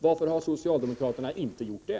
Varför har socialdemokraterna inte gjort det?